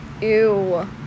Ew